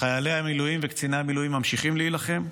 חיילי המילואים וקציני המילואים ממשיכים להילחם.